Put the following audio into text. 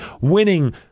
winning